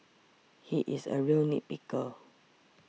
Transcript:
he is a real nit picker